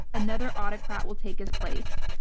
another autocrat will take his place.